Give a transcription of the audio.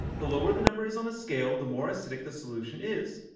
the lower the number is on the scale the more acidic the solution is.